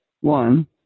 One